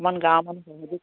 ইমান গাঁও মানুহ